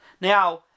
Now